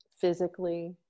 Physically